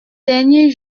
dernier